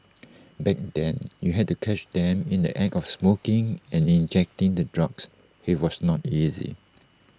back then you had to catch them in the act of smoking and injecting the drugs he was not easy